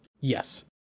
Yes